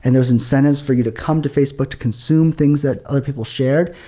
and there was incentives for you to come to facebook to consume things that other people shared.